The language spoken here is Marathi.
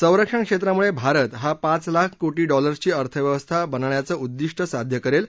संरक्षण क्षेत्रामुळे भारत हा पाच लाख कोटी डॉलर्सची अर्थव्यवस्था बनणण्याचं उद्दिष्ट साध्य करेल